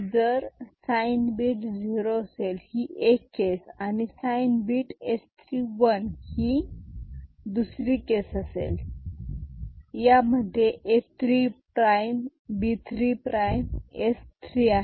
जर sign bit zero असेल ही एक केस आणि साईन बीट S 3 वन ही दुसरी केस असेल यामध्ये A 3 prime B 3 prime S 3 आहे